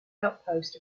outpost